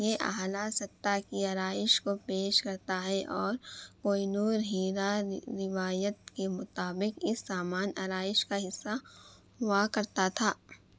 یہ اعلیٰ سطح کی آرائش کو پیش کرتا ہے اور کوہ نور ہیرا روایت کے مطابق اس سامان آرائش کا حصہ ہوا کرتا تھا